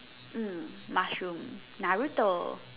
mm mushroom Naruto